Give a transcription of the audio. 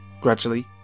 Gradually